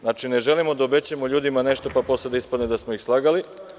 Znači, ne želimo da obećamo ljudima nešto, pa posle da ispadne da smo ih slagali.